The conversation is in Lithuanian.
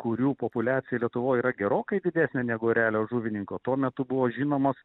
kurių populiacija lietuvoj yra gerokai didesnė negu erelio žuvininko tuo metu buvo žinomos